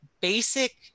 basic